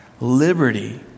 liberty